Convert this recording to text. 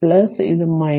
ഇത് ഇത്